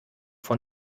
von